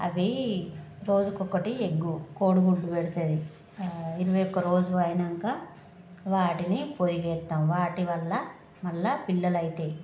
అవి రోజుకొకటి ఎగ్గు కోడిగుడ్డు పెడుతుంది ఇరవై ఒక్క రోజులైనంక వాటిని పొదిగేత్తాం వాటివల్ల మళ్ళా పిల్లలవుతాయి